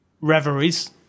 reveries